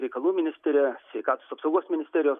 reikalų ministerija sveikatos apsaugos ministerijos